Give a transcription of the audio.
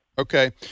Okay